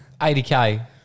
80K